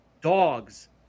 dogs